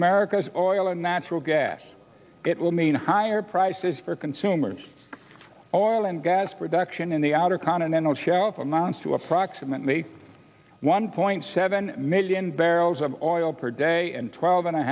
america's oil and natural gas it will mean higher prices for consumers all and gas production in the outer continental shelf amounts to approximately one point seven million barrels of oil per day and twelve and a